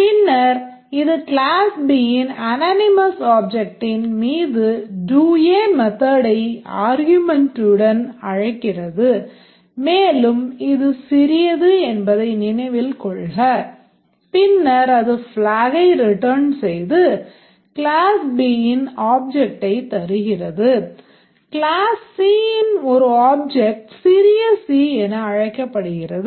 பின்னர் இது class Bன் anonymous objectன் மீது doA method ஐ அர்க்கியூமென்ட்டுடன் c என அழைக்கப்படுகிறது